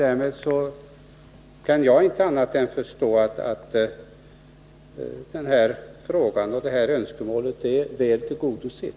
Därmed kan jag inte förstå annat än att motionärernas önskemål år väl tillgodosett.